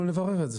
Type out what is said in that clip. אנחנו נברר את זה.